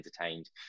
entertained